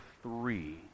three